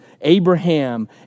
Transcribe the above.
Abraham